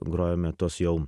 grojame tuos jau